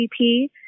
GDP